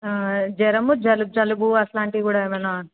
జరము జలుబు అట్లాంటివి కూడా ఏమైనా